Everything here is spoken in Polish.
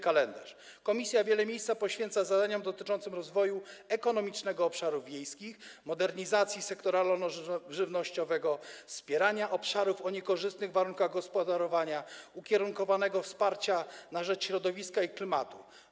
Komisja wiele miejsca poświęca zadaniom dotyczącym rozwoju ekonomicznego obszarów wiejskich, modernizacji sektora rolno-żywnościowego, wspierania obszarów o niekorzystnych warunkach gospodarowania i ukierunkowanego wsparcia na rzecz środowiska i klimatu.